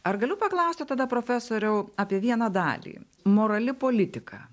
ar galiu paklausti tada profesoriau apie vieną dalį morali politika